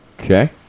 Okay